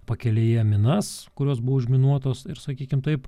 pakelėje minas kurios buvo užminuotos ir sakykim taip